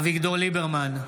אביגדור ליברמן,